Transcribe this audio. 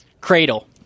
Cradle